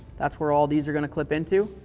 that's where all these are going to clip into,